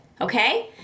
okay